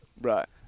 Right